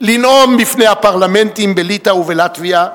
לנאום בפני הפרלמנטים בליטא ובלטביה,